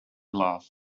love